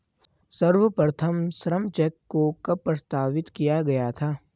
सर्वप्रथम श्रम चेक को कब प्रस्तावित किया गया था?